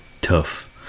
tough